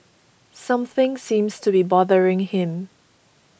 something seems to be bothering him